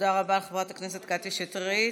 תודה רבה, חברת הכנסת קטי שטרית.